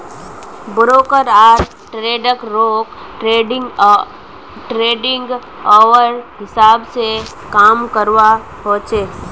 broker आर ट्रेडररोक trading hour हिसाब से काम करवा होचे